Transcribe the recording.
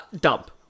dump